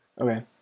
Okay